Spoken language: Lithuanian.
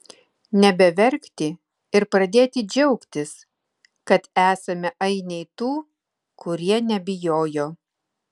nebeverkti ir pradėti džiaugtis kad esame ainiai tų kurie nebijojo